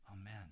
Amen